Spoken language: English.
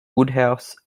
woodhouse